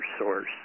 source